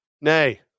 nay